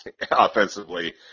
offensively